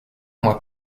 mois